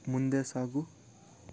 ಮುಂದೆ ಸಾಗು